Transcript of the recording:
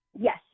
Yes